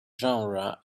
genre